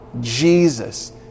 Jesus